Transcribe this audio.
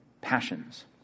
passions